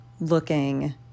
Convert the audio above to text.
looking